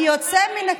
היוצא מן הכלל.